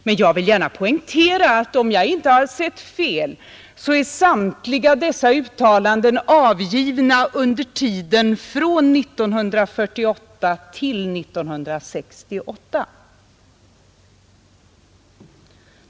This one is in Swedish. Men om jag inte har sett fel är samtliga dessa uttalanden avgivna under tiden 1948 — 1968.